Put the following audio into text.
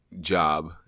job